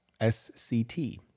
SCT